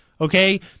okay